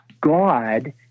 God